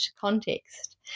context